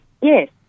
Yes